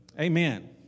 Amen